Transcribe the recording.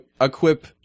equip